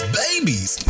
babies